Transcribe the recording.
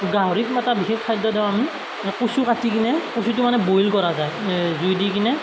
গাহৰিক মই এটা বিশেষ খাদ্য দিওঁ আমি কচু কাটি কিনে কচুটো মানে বইল কৰা যায় জুই দি কিনে